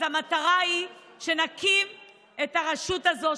אז המטרה היא שנקים את הרשות הזאת,